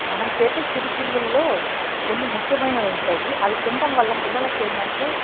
మనం చేసే చిరుతిళ్ళలో కొన్ని ముఖ్యమైనవి ఉంటవి అవి తినటం వల్ల పిల్లలకి ఏందంటే